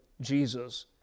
Jesus